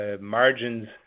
margins